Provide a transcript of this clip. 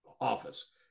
office